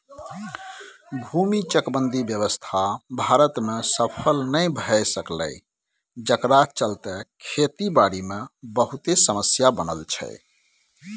भूमि चकबंदी व्यवस्था भारत में सफल नइ भए सकलै जकरा चलते खेती बारी मे बहुते समस्या बनल छै